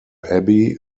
abbey